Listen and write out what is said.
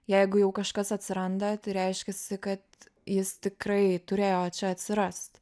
jeigu jau kažkas atsiranda reiškiasi kad jis tikrai turėjo čia atsirast